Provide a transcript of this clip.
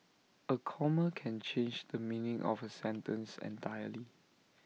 A comma can change the meaning of A sentence entirely